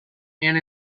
and